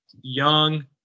Young